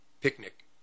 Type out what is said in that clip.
picnic